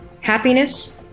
happiness